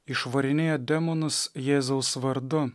išvarinėja demonus jėzaus vardu